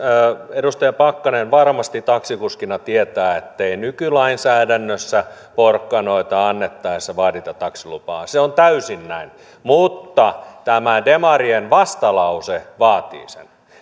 edustaja pakkanen varmasti taksikuskina tietää ettei nykylainsäädännössä porkkanoita annettaessa vaadita taksilupaa se on täysin näin mutta tämä demarien vastalause vaatii sen